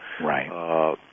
Right